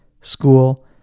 school